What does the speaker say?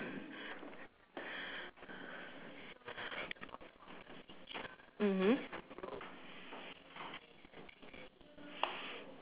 mmhmm